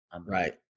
Right